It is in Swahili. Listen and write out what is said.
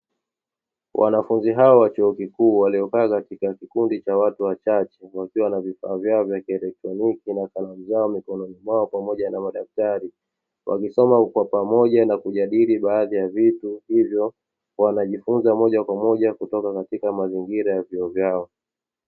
Wanafunzi hao wa chuo kikuu waliokaa katika kikundi cha watu wachache, wakiwa na vifaa vyao vya kielektroniki na kalamu zao mikononi mwao pamoja na madaftari, wakisoma kwa pamoja na kujadili baadhi ya vitu hivyo wanajifunza moja kwa moja kutoka katika mazingira ya vyuo vyao.